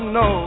no